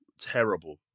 Terrible